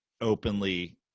openly